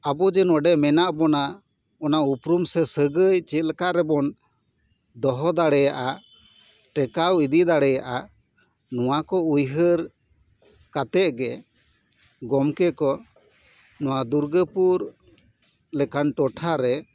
ᱟᱵᱚ ᱡᱮ ᱱᱚᱰᱮ ᱢᱮᱱᱟᱜ ᱵᱚᱱᱟ ᱚᱱᱟ ᱩᱯᱨᱩᱢ ᱥᱮ ᱥᱟᱹᱜᱟᱹᱭ ᱪᱮᱫ ᱞᱮᱠᱟ ᱨᱮᱵᱚᱱ ᱫᱚᱦᱚ ᱫᱟᱲᱮᱭᱟᱜᱼᱟ ᱴᱮᱠᱟᱣ ᱤᱫᱤ ᱫᱟᱲᱮᱭᱟᱜᱼᱟ ᱱᱚᱣᱟ ᱠᱚ ᱩᱭᱦᱟᱹᱨ ᱠᱟᱛᱮ ᱜᱚᱢᱠᱮ ᱠᱚ ᱱᱚᱣᱟ ᱫᱩᱨᱜᱟᱹᱯᱩᱨ ᱞᱮᱠᱟᱱ ᱴᱚᱴᱷᱟ ᱨᱮ